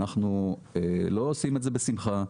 אנחנו לא עושים את זה בשמחה,